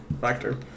factor